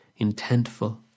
intentful